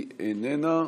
היא איננה.